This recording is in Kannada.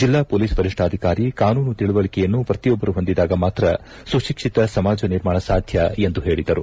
ಜಿಲ್ಲಾ ಪೊಲೀಸ್ ವರಿಷ್ಠಾಧಿಕಾರಿ ಕಾನೂನು ತಿಳುವಳಕೆಯನ್ನು ಪ್ರತಿಯೊಬ್ಬರು ಹೊಂದಿದಾಗ ಮಾತ್ರ ಸುಶಿಕ್ಷಿತ ಸಮಾಜ ನಿರ್ಮಾಣ ಸಾಧ್ಯ ಎಂದು ಹೇಳಿದರು